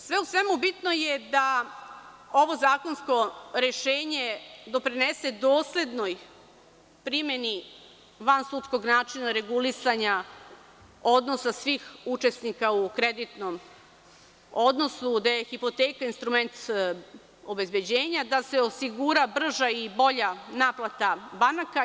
Sve u svemu, bitno je da ovo zakonsko rešenje doprinese doslednoj primeni vansudskog načina regulisanja odnosa svih učesnika u kreditnom odnosu, gde je hipoteka instrument obezbeđenja, da se osigura brža i bolja naplata banaka.